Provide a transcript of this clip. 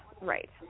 right